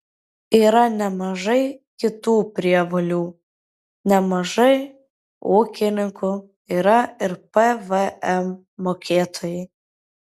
yra nemažai kitų prievolių nemažai ūkininkų yra ir pvm mokėtojai